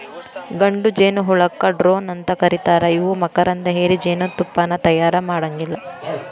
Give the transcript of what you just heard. ಗಂಡು ಜೇನಹುಳಕ್ಕ ಡ್ರೋನ್ ಅಂತ ಕರೇತಾರ ಇವು ಮಕರಂದ ಹೇರಿ ಜೇನತುಪ್ಪಾನ ತಯಾರ ಮಾಡಾಂಗಿಲ್ಲ